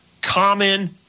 common